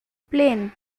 plain